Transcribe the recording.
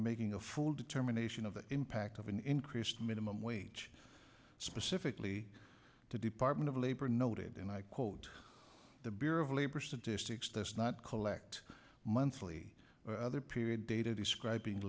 making a full determination of the impact of an increased minimum wage specifically the department of labor noted and i quote the bureau of labor statistics does not collect monthly other period data describing